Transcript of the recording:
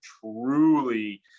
truly